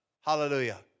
Hallelujah